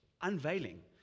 unveiling